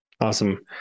awesome